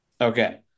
Okay